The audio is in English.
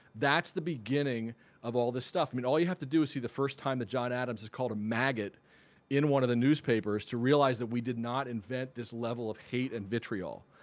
that's the beginning of all this stuff. i mean all you have to do is see the first time that john adams is called a maggot in one of the newspapers to realize that we did not invent this level of hate and vitriol.